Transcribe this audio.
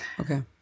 Okay